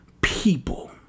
people